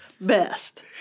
Best